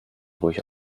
ruhig